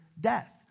death